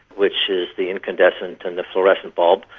which is the incandescent and the fluorescent bulbs,